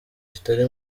kitari